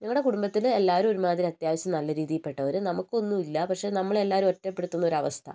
ഞങ്ങടെ കുടുംബത്തിൽ എല്ലാവരും ഒരുമാതിരി അത്യാവശ്യം നല്ലരീതിയിൽപ്പെട്ടവർ നമുക്കൊന്നൂല്ല പക്ഷേ നമ്മളെ എല്ലാവരും ഒറ്റപ്പെടുത്തുന്നൊരവസ്ഥ